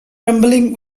trembling